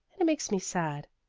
and it makes me sad.